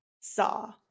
Saw